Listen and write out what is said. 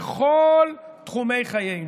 בכל תחומי חיינו.